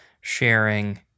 sharing